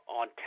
on